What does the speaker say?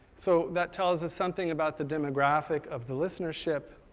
so that tells us something about the demographic of the listenership.